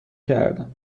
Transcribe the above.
کردم